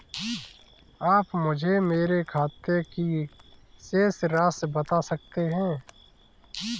आप मुझे मेरे खाते की शेष राशि बता सकते हैं?